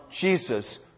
Jesus